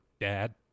dad